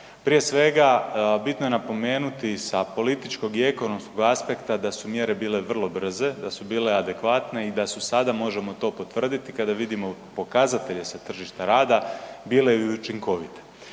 Prije svega bitno je napomenuti sa političkog i ekonomskog aspekta da su mjere bile vrlo brze, da su bile adekvatne i da su, sada možemo to potvrditi, kada vidimo pokazatelje sa tržišta rada bile i učinkovite.